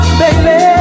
baby